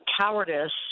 cowardice